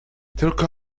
tylko